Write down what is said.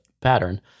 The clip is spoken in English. pattern